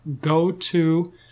go-to